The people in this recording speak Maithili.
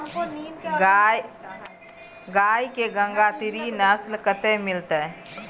गाय के गंगातीरी नस्ल कतय मिलतै?